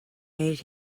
made